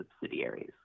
subsidiaries